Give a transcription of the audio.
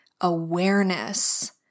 awareness